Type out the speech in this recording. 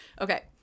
Okay